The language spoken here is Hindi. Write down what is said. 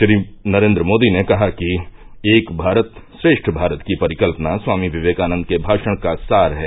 श्री नरेन्द्र मोदी ने कहा कि एक भारत श्रेष्ठ भारत की परिकल्पना स्वामी विवेकानन्द के भाषण का सार है